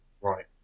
Right